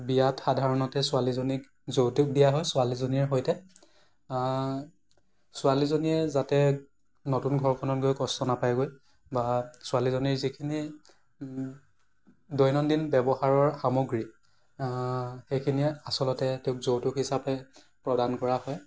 বিয়াত সাধাৰণতে ছোৱালীজনীক যৌতুক দিয়া হয় ছোৱালীজনীৰ সৈতে ছোৱালীজনীয়ে যাতে নতুন ঘৰখনত গৈ কষ্ট নাপায়গৈ বা ছোৱালীজনীৰ যিখিনি দৈনন্দিন ব্যৱহাৰৰ সামগ্ৰী সেইখিনিয়ে আচলতে যৌতুক হিচাপে প্ৰদান কৰা হয়